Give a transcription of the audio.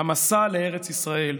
"המסע לארץ ישראל".